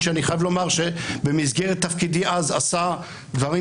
שאני חייב לומר שבמסגרת תפקידי אז עשה דברים